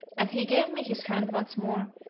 and he gave me his hand once more,